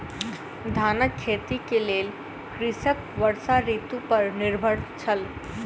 धानक खेती के लेल कृषक वर्षा ऋतू पर निर्भर छल